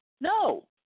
No